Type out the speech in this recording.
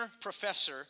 professor